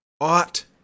ought